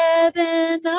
heaven